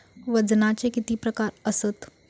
वजनाचे किती प्रकार आसत?